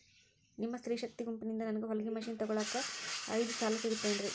ನಿಮ್ಮ ಸ್ತ್ರೇ ಶಕ್ತಿ ಗುಂಪಿನಿಂದ ನನಗ ಹೊಲಗಿ ಮಷೇನ್ ತೊಗೋಳಾಕ್ ಐದು ಸಾಲ ಸಿಗತೈತೇನ್ರಿ?